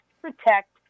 protect